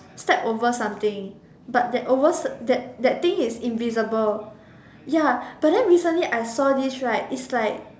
step over something but that over that that thing is invisible ya but then recently I saw this right it's like